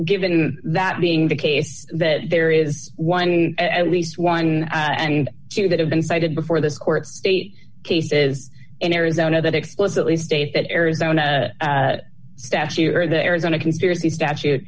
given that being the case that there is one at least one and two that have been cited before this court state cases in arizona that explicitly state that arizona statute or the arizona conspiracy statute